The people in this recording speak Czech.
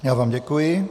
Já vám děkuji.